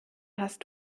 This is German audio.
hast